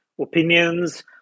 opinions